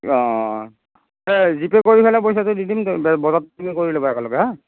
অঁ এই G pay কৰি পেলাই পইচাটো দি দিম বজাৰটো তুমি কৰি লবা একেলগে হা